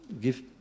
give